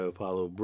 Apollo